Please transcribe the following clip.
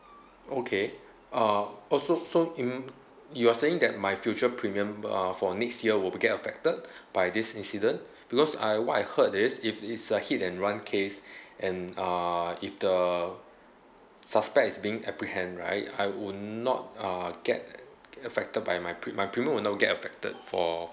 okay uh oh so so in you're saying that my future premium uh for next year will get affected by this incident because I what I heard is if it's a hit and run case and uh if the suspect is being apprehend right I would not uh get affected by my pre~ my premium will not get affected for